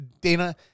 Dana